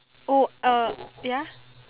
oh uh ya